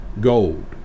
gold